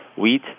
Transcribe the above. wheat